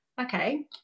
okay